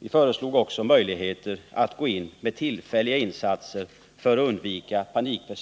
Vi föreslog också möjligheter att gå in med tillfälliga insatser för att vid ekonomiska